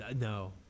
No